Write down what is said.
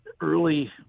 early